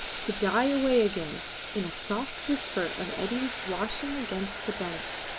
to die away again in a soft whisper of eddies washing against the bank.